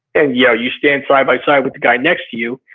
and yeah you stand side by side with the guy next to you,